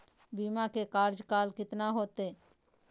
बीमा के कार्यकाल कितना होते?